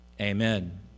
Amen